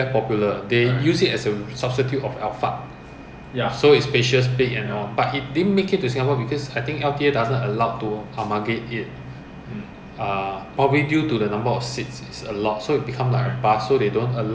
have to there is a limitation to the commercial bus ah for